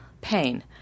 pain